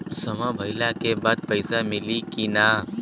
समय भइला के बाद पैसा मिली कि ना?